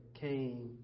came